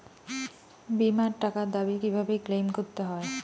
বিমার টাকার দাবি কিভাবে ক্লেইম করতে হয়?